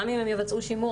גם אם הם יבצעו שימור,